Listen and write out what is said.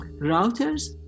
Routers